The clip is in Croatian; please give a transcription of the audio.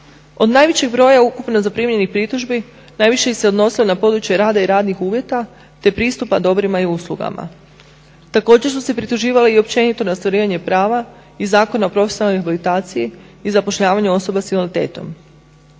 Od najvećeg broja ukupno zaprimljenih pritužbi najviše ih se odnosilo na područje rada i radnih uvjeta, te pristupa dobrima i uslugama. Također su se prituživali i općenito na ostvarivanje prava iz Zakona o profesionalnoj rehabilitaciji i zapošljavanju osoba sa invaliditetom.